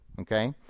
okay